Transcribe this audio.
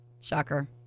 shocker